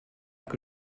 que